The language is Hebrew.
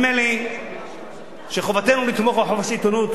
נדמה לי שחובתנו לתמוך בחופש העיתונות,